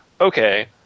okay